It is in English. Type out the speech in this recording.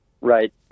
Right